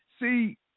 See